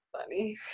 funny